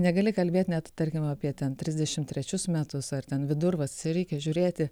negali kalbėi net tarkim apie ten trisdešimt trečius metus ar ten vidurvasarį reikia žiūrėtit